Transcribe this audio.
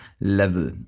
level